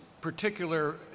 particular